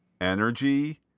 energy